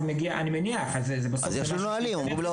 אני מניח -- אז יש לו נהלים, אומרים לו אוקיי.